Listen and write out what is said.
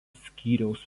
skyriaus